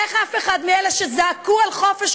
איך אף אחד מאלה שזעקו "חופש,